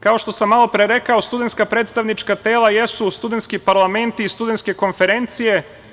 Kao što sam malo pre rekao, studentska predstavnička tela jesu studentski parlamenti i studentske konferencije.